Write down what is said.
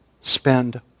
spend